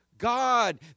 God